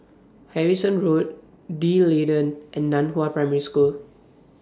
Harrison Road D'Leedon and NAN Hua Primary School